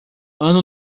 ano